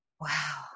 Wow